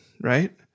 right